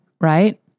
right